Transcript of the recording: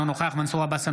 אינו נוכח מנסור עבאס,